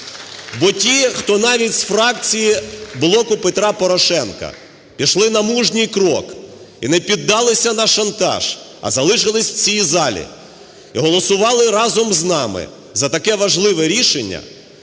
Бо ті, хто навіть з фракції "Блоку Петра Порошенка" пішли на мужній крок і не піддалися на шантаж, а залишилися в цій залі і голосували разом з нами за таке важливе рішення,